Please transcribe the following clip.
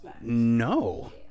No